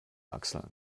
achseln